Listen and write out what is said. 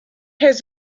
has